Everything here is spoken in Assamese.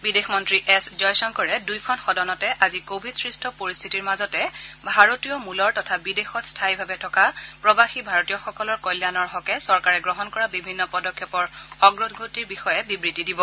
বিদেশমন্ত্ৰী এছ জয় শংকৰে দুইখন সদনতে আজি কোৱিডস্ট পৰিস্থিতিৰ মাজতে ভাৰতীয় মূলৰ তথা বিদেশত স্থায়ীভাৱে থকা প্ৰৱাসী ভাৰতীয়সকলৰ কল্যাণৰ হকে চৰকাৰে গ্ৰহণ কৰা বিভিন্ন পদক্ষেপৰ অগ্ৰগতিৰ বিষয়ে বিবৃতি দিব